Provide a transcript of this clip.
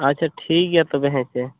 ᱟᱪᱪᱷᱟ ᱴᱷᱤᱠ ᱜᱮᱭᱟ ᱛᱚᱵᱮ ᱦᱮᱸᱥᱮ